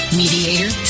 mediator